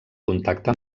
contacte